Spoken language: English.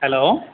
hello